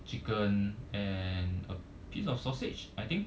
chicken and a piece of sausage I think